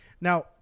Now